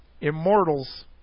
immortals